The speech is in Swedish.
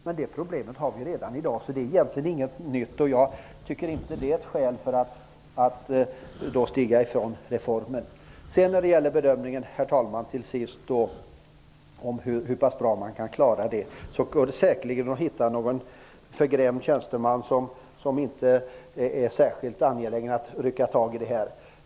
Men det problemet har vi redan i dag, så det är inget nytt egentligen. Och det är inget skäl för att avstå från reformen. Vad gäller bedömningen av hur pass bra detta kan klaras, går det säkert att hitta någon förgrämd tjänsteman som inte är särskilt angelägen om att rycka tag i det.